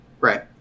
Right